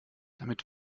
damit